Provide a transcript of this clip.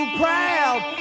proud